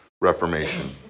reformation